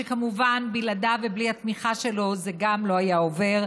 שכמובן בלעדיו ובלי התמיכה שלו זה לא היה עובר,